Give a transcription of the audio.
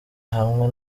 hamwe